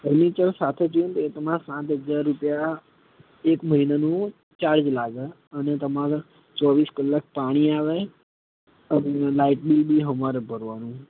furniture સાથે જોઈએને તમારે સાત હજાર રૂપિયા એક મહિનાનું ચાર્જ લાગે અને તમારે ચોવીસ કલાક પાણી આવે અને લાઇટ બિલ બી અમારે ભરવાનું